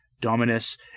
Dominus